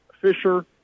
Fisher